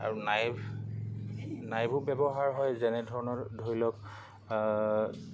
আৰু নাইফ নাইফো ব্যৱহাৰ হয় যেনেধৰণৰ ধৰি লওক